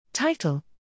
Title